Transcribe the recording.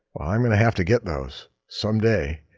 i'm gonna have to get those someday.